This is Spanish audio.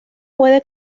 puede